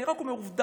אני רק אומר עובדה.